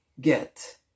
get